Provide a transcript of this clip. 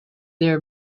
their